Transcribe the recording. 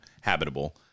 habitable